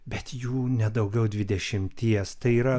bet jų nedaugiau dvidešimties tai yra